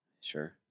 Sure